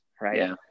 right